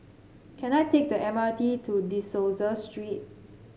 can I take the M R T to De Souza Street